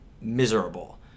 miserable